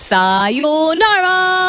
Sayonara